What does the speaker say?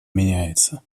меняется